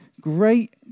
great